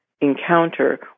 encounter